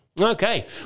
Okay